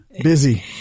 Busy